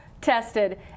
tested